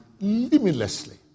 limitlessly